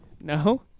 No